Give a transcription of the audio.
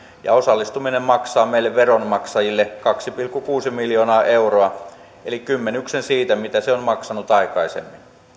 ja osallistuminen maksaa meille veronmaksajille kaksi pilkku kuusi miljoonaa euroa eli kymmenyksen siitä mitä se on maksanut aikaisemmin